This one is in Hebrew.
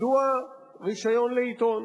מדוע רשיון לעיתון?